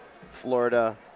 Florida